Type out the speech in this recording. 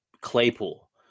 Claypool